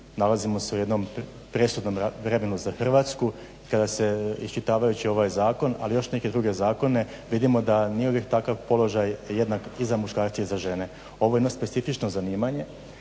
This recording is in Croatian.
Nalazimo se u jednom presudnom vremenom za Hrvatsku i kada se iščitavajući ovaj zakon ali i još neke druge zakone vidimo da nije uvijek takav položaj jednak i za muškarce i za žene. Ovo je jedno specifično zanimanje